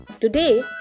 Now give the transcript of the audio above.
Today